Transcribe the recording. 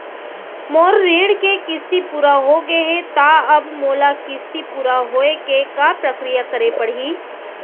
मोर ऋण के किस्ती पूरा होगे हे ता अब मोला किस्ती पूरा होए के का प्रक्रिया करे पड़ही?